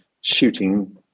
shooting